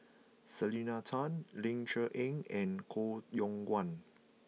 Selena Tan Ling Cher Eng and Koh Yong Guan